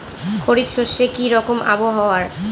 খরিফ শস্যে কি রকম আবহাওয়ার?